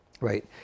right